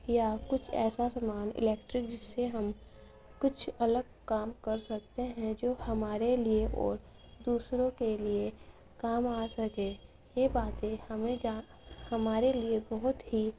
یا کچھ ایسا سامان الیکٹرک جس سے ہم کچھ الگ کام کر سکتے ہیں جو ہمارے لیے اور دوسروں کے لیے کام آ سکے یہ باتیں ہمیں ہمارے لیے بہت ہی